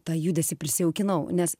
tą judesį prisijaukinau nes